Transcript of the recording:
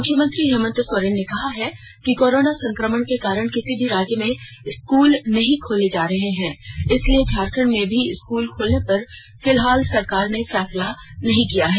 मुख्यमंत्री हेमंत सोरेन ने कहा है कि कोरोना संकमण के कारण किसी भी राज्य में स्कूल नहीं खोले जा रहे हैं इसलिए झारखंड में भी स्कूल खोलने पर फिलहाल सरकार ने फैसला नहीं किया है